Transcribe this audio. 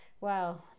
Wow